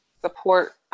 support